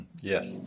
Yes